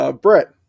Brett